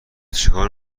چیکار